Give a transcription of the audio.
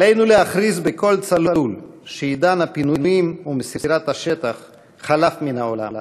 עלינו להכריז בקול צלול שעידן הפינויים ומסירת השטח חלף מן העולם.